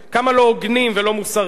כמה לא הוגנים ולא מוסריים.